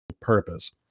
purpose